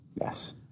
Yes